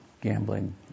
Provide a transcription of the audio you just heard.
Gambling